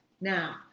Now